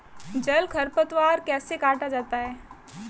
जल खरपतवार कैसे काटा जाता है?